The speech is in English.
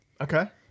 Okay